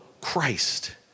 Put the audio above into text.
Christ